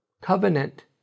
covenant